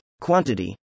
Quantity